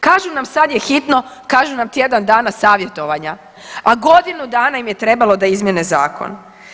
Kažu nam sad je hitno, kažu nam tjedan dana savjetovanja, a godinu dana im je trebalo da izmijene zakon.